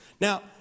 Now